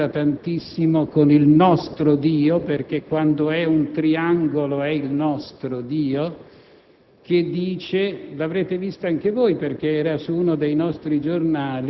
Noi siamo abituati a un Dio che, evidentemente, non si offende se ogni tanto lo facciamo apparire in qualche vignetta.